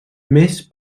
més